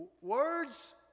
Words